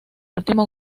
último